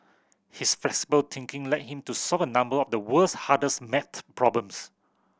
his flexible thinking led him to solve a number of the world's hardest maths problems